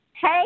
Hey